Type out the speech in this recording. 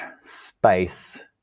space